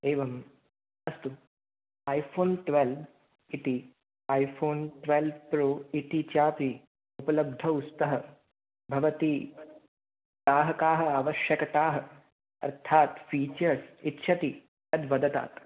एवम् अस्तु iPhone twelve इति ऐ फोन् ट्वेल्व् प्रो इति चापि उपलब्धौ स्तः भवति काः काः आवश्यकताः अर्थात् फीचर्स् इच्छति तद्वदतात्